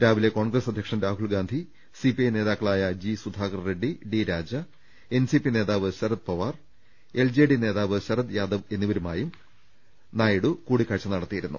രാവിലെ കോൺഗ്രസ് അധ്യക്ഷൻ Rahul Gandhi C P I നേതാ ക്കളായ ജി സുധാകർ റെഡ്സി ഡി രാജ എൻ സി പി നേതാവ് Sarath Pawar L J D നേതാവ് ശരത് യാദവ് എന്നിവ രുമായും അദ്ദേഹം കൂടിക്കാഴ്ച നടത്തിയിരുന്നു